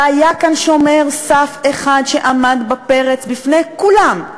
והיה כאן שומר סף אחד שעמד בפרץ, בפני כולם,